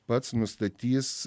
pats nustatys